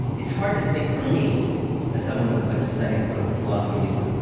it's hard to think for me as someone who like studied political philosophy and used to,